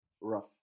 rough